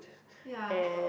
ya